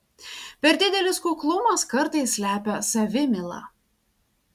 per didelis kuklumas kartais slepia savimylą